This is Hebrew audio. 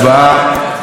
יוסף ג'בארין,